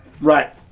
Right